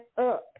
up